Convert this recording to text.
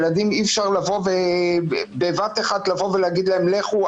אי-אפשר ובבת אחת לומר לילדים: לכו,